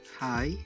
hi